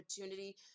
opportunity